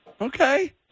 Okay